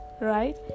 right